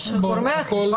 יש גורמי אכיפה,